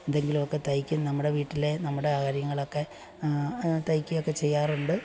എന്തെങ്കിലുമൊക്കെ തയ്ക്കും നമ്മുടെ വീട്ടിലെ നമ്മുടെ കാര്യങ്ങളൊക്കെ തയ്ക്കുകയൊക്കെ ചെയ്യാറുണ്ട്